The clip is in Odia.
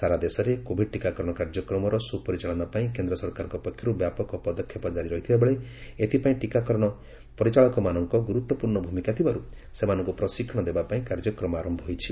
ସାରା ଦେଶରେ କୋଭିଡ୍ ଟିକାକରଣ କାର୍ଯ୍ୟକ୍ରମର ସୁପାରିଚାଳନା ପାଇଁ କେନ୍ଦ୍ର ସରକାରଙ୍କ ପକ୍ଷରୁ ବ୍ୟାପକ ପଦକ୍ଷେପ କାରି ରହିଥିବା ବେଳେ ଏଥିପାଇଁ ଟିକାକରଣ ପରିଚାଳକମାନଙ୍କ ଗୁରୁତ୍ୱପୂର୍ଣ୍ଣ ଭୂମିକା ଥିବାରୁ ସେମାନଙ୍କୁ ପ୍ରଶିକ୍ଷଣ ଦେବାପାଇଁ କାର୍ଯ୍ୟକ୍ରମ ଆରମ୍ଭ ହୋଇଛି